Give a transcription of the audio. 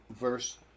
Verse